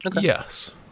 yes